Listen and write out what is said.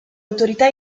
autorità